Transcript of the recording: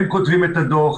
הם כותבים את הדוח,